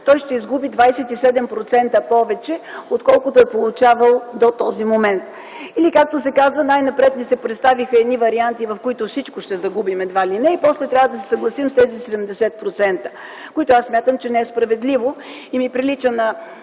той ще изгуби 27% повече, отколкото е получавал до този момент. Най-напред ни се представиха едни варианти, в които всичко ще загубим, едва ли не, и после трябва да се съгласим с тези 70%, което смятам, че не е справедливо. Това ми прилича на